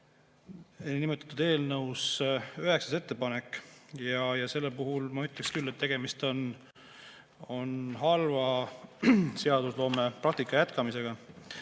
eelnõus üheksas ettepanek. Ja selle puhul ma ütleks küll, et tegemist on halva seadusloome praktika jätkamisega.